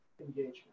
engagement